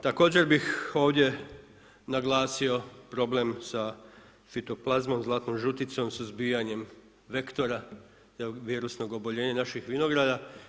Također bih ovdje naglasio problem sa fitoplazmom, zlatnom žuticom, suzbijanjem vektora jednog virusnog oboljenja naših vinograda.